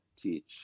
teach